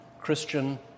Christian